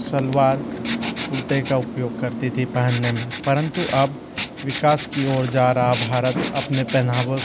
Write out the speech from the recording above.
सलवार कुर्ते का उपयोग करती थी पहनने में परंतु अब विकास की ओर जा रहा भारत अपने पहनावे